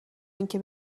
اینکه